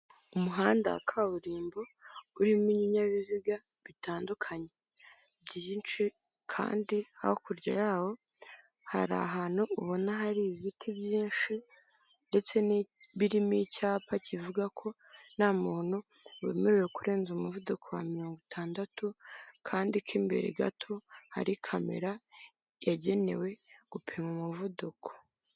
Umuhanda wa kaburimbo urimo ibinyabiziga bitandukanye byinshi kandi hakurya yawo hari ahantu ubona hari ibiti byinshi ndetse biririmo icyapa kivuga ko nta muntu wemerewe kurenza umuvuduko wa mirongo itandatu kandi ko imbere gato hari kamera yagenewe gupima umuvuduko .